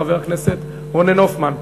חבר הכנסת רונן הופמן,